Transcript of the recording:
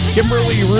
Kimberly